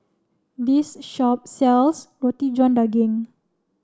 this shop sells Roti John Daging